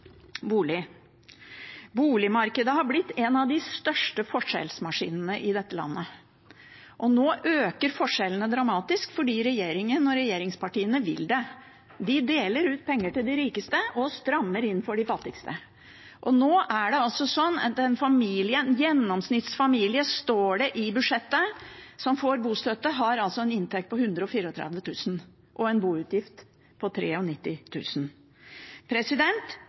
Boligmarkedet har blitt en av de største forskjellsmaskinene i dette landet. Nå øker forskjellene dramatisk fordi regjeringen og regjeringspartiene vil det. De deler ut penger til de rikeste og strammer inn for de fattigste. Nå er det slik at en gjennomsnittsfamilie – står det i budsjettet – som får bostøtte, har en inntekt på 134 000 kr og en boutgift på